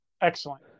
Excellent